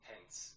hence